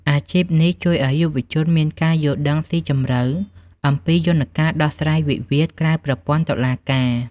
អាជីពនេះជួយឱ្យយុវជនមានការយល់ដឹងស៊ីជម្រៅអំពីយន្តការដោះស្រាយវិវាទក្រៅប្រព័ន្ធតុលាការ។